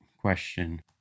question